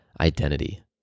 identity